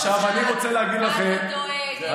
עכשיו, מה אתה דואג, יועז?